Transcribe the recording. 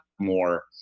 more